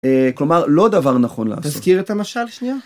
אה..כלומר לא דבר נכון לעשות, תזכיר את המשל שנייה.